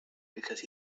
because